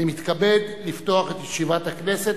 אני מתכבד לפתוח את ישיבת הכנסת.